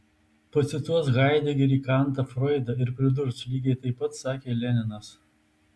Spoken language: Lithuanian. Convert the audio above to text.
pacituos haidegerį kantą froidą ir pridurs lygiai taip pat sakė leninas